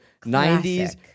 90s